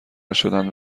شدند